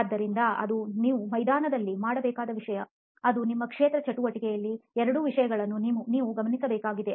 ಆದ್ದರಿಂದ ಅದು ನೀವು ಮೈದಾನದಲ್ಲಿ ಮಾಡಬೇಕಾದ ವಿಷಯ ಅದು ನಿಮ್ಮ ಕ್ಷೇತ್ರ ಚಟುವಟಿಕೆಯಲ್ಲಿ ಎರಡು ವಿಷಯಗಳನ್ನೂ ನೀವು ಗಮನಿಸಬೇಕಾಗಿದೆ